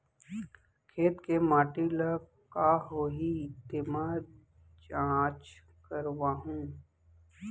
खेत के माटी ल का होही तेमा जाँच करवाहूँ?